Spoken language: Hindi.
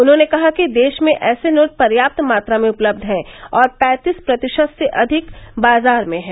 उन्होंने कहा कि देश में ऐसे नोट पर्याप्त मात्रा में उपलब्व हैं और पैंतीस प्रतिशत से अधिक बाजार में हैं